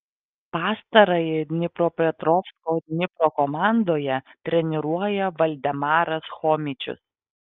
pastarąjį dnipropetrovsko dnipro komandoje treniruoja valdemaras chomičius